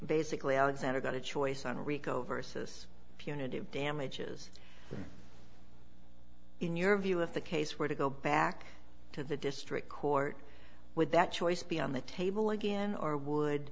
basically alexander got a choice on rico versus punitive damages in your view if the case were to go back to the district court with that choice be on the table again or